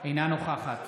אינה נוכחת